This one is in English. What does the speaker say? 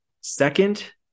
second